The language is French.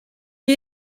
qui